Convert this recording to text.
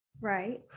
right